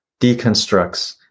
deconstructs